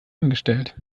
angestellt